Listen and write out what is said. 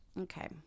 okay